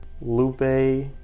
Lupe